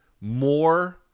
more